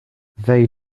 they